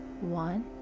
one